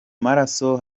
maraso